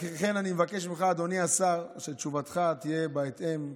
לכן אני מבקש ממך, אדוני השר, שתשובתך תהיה בהתאם,